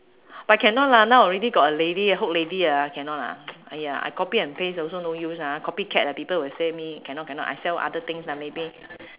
but cannot lah now already got a lady a hook lady ah cannot lah !aiya! I copy and paste also no use ah copycat ah people will say me cannot cannot I sell other things lah maybe